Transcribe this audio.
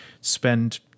Spend